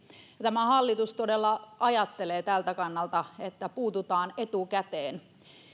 ja tämä hallitus todella ajattelee tältä kannalta että puututaan etukäteen